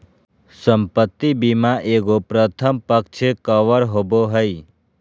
संपत्ति बीमा एगो प्रथम पक्ष कवर होबो हइ